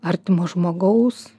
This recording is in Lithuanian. artimo žmogaus